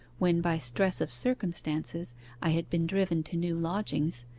when by stress of circumstances i had been driven to new lodgings,